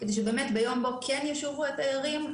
כדי שביום בו כן ישובו התיירים,